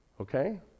Okay